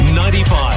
95